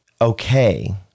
okay